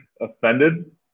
Offended